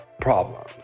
problems